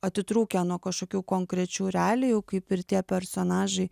atitrūkę nuo kašokių konkrečių realijų kaip ir tie personažai